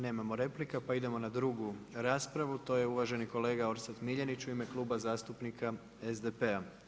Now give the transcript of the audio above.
Nemamo replika, pa idemo na drugu raspravu, to je uvaženi kolega Orsat Miljenić u ime Kluba zastupnika SDP-a.